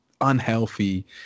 unhealthy